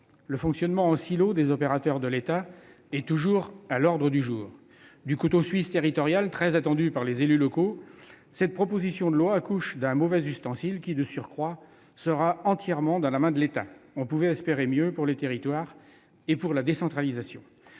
Le fonctionnement « en silo » des opérateurs de l'État est toujours à l'ordre du jour. Au lieu du « couteau suisse » territorial très attendu par les élus locaux, cette proposition de loi accouche d'un mauvais ustensile qui, de surcroît, sera entièrement à la main de l'État. On pouvait espérer mieux pour les territoires et la décentralisation